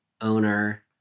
owner